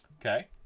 Okay